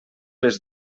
les